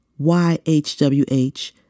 YHWH